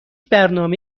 برنامه